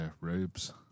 robes